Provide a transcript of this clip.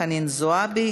חנין זועבי,